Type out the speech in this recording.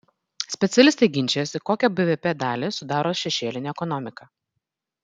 specialistai ginčijasi kokią bvp dalį sudaro šešėlinė ekonomika